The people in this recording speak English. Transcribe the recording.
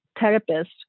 therapist